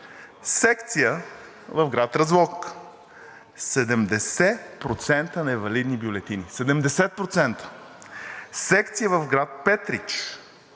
Секция в град Разлог – 70% невалидни бюлетини, 70%! Секция в град Петрич